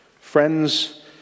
friends